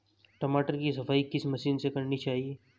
टमाटर की सफाई किस मशीन से करनी चाहिए?